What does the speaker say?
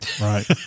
Right